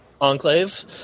enclave